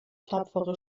tapfere